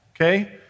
okay